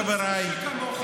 חבריי,